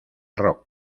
rock